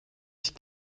ich